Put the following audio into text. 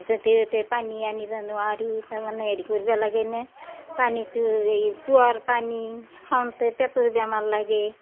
য'তে ত'তে পানী আনিবা নোৱাৰি তাৰমানে হেৰি কৰবা লাগেইনে পানীটো এই কুঁৱাৰ পানী খাওঁতে পেটৰ বেমাৰ লাগেই